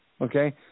okay